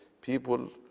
people